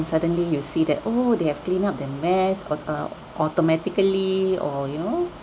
suddenly you see that oh they have cleaned up their mess or uh automatically or you know